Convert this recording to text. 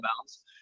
bounds